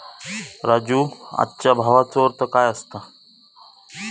राजू, आजच्या भावाचो अर्थ काय असता?